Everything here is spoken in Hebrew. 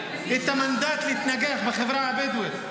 את המנדט להתנגח בחברה הבדואית.